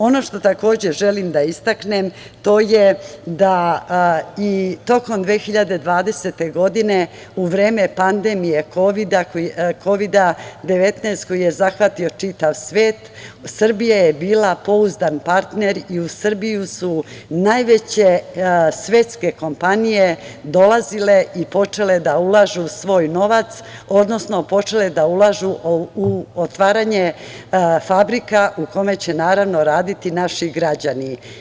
Ono što želim da istaknem to je da i tokom 2020. godine, u vreme pandemije Kovida-19, koji je zahvatio čitav svet, Srbija bila pouzdan partner i u Srbiju su najveće svetske kompanije dolazile i počele da ulažu svoj novac, odnosno počele da ulažu u otvaranje fabrika u kojima će raditi naši građani.